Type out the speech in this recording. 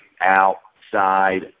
outside